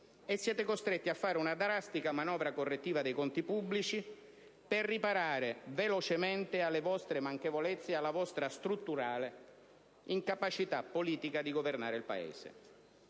e siete costretti a fare una drastica manovra correttiva dei conti pubblici per riparare velocemente alle vostre manchevolezze e alla vostra strutturale incapacità politica di governare il Paese.